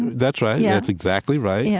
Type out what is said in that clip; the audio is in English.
that's right. yeah that's exactly right. yeah